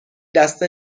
دسته